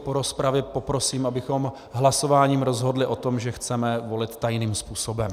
Po rozpravě poprosím, abychom hlasováním rozhodli o tom, že chceme volit tajným způsobem.